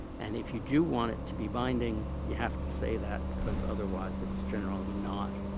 and if you do want it to be binding, you have to say that because otherwise, it's generally not